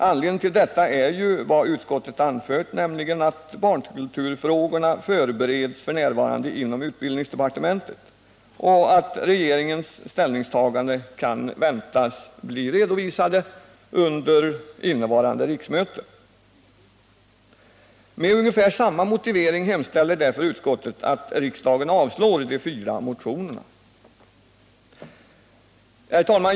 Anledningen till det är vad utskottet anfört, nämligen att barnkulturfrågorna f. n. förbereds inom utbildningsdepartementet och att regeringens ställningstaganden kan väntas bli redovisade under innevarande riksmöte. Med ungefär samma motivering hemställer därför utskottet att riksdagen avslår de fyra motionerna.